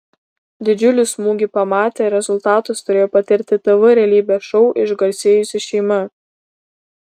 didžiulį smūgį pamatę rezultatus turėjo patirti tv realybės šou išgarsėjusi šeima